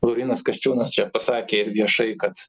laurynas kasčiūnas pasakė viešai kad